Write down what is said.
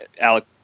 Alec